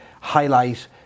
highlight